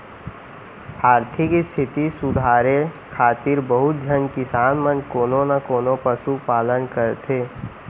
आरथिक इस्थिति सुधारे खातिर बहुत झन किसान मन कोनो न कोनों पसु पालन करथे